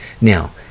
Now